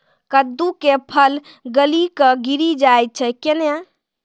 कददु के फल गली कऽ गिरी जाय छै कैने?